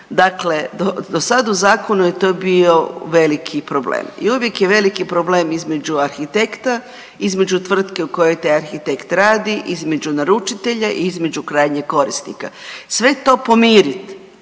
Dakle, do sad u zakonu, to je bio veliki problem i uvijek je veliki problem između arhitekta, između tvrtke u kojoj taj arhitekt radi, između naručitelja i između krajnjeg korisnika. Sve to pomiriti